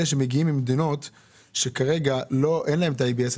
אלה שמגיעים ממדינות שכרגע אין להם את ה-ABS,